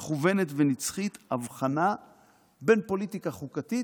מכוונת ונצחית הבחנה בין 'פוליטיקה חוקתית'